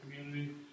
community